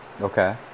Okay